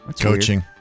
coaching